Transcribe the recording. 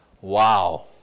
Wow